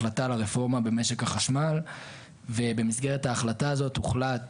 החלטה על הרפורמה במשק החשמל ובמסגרת ההחלטה הזאת הוחלט